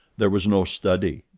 there was no study,